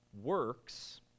Works